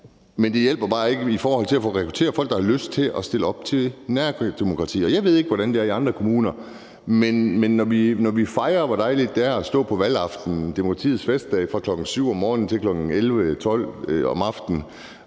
men det hjælper bare ikke i forhold til at få rekrutteret folk, der har lyst til at stille op til nærdemokratiet. Jeg ved ikke, hvordan det er i andre kommuner. Vi fejrer, hvor dejligt det er at stå på valgaftenen – demokratiets festdag fra kl. 7 om morgenen til kl. 23-24 om aftenen